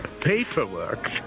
Paperwork